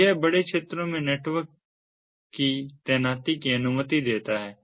तो यह बड़े क्षेत्रों में नेटवर्क की तैनाती की अनुमति देता है